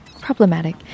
Problematic